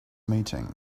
meeting